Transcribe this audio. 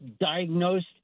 diagnosed